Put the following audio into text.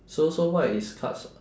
so so what is cards